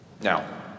Now